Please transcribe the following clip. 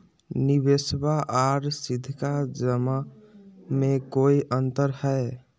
निबेसबा आर सीधका जमा मे कोइ अंतर हय?